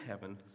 heaven